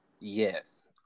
Yes